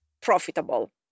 profitable